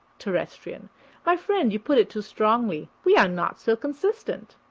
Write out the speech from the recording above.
terrestrian my friend, you put it too strongly we are not so consistent.